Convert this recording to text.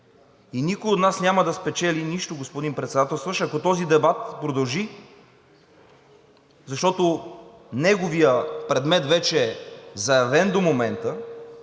Никой от нас няма да спечели нищо, господин Председателстващ, ако този дебат продължи, защото неговият предмет вече е заявен до момента.